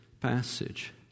passage